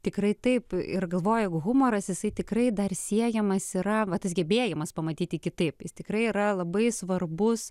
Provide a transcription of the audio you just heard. tikrai taip ir galvoju jeigu humoras jisai tikrai dar siejamas yra va tas gebėjimas pamatyti kitaip jis tikrai yra labai svarbus